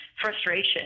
frustration